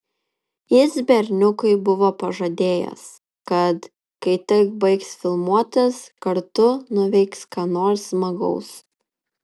jis berniukui buvo pažadėjęs kad kai tik baigs filmuotis kartu nuveiks ką nors smagaus